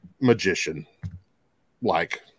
magician-like